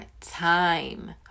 time